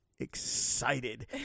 excited